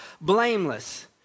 blameless